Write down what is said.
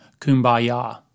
Kumbaya